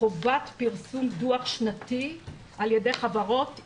חובת פרסום דוח שנתי על ידי חברות,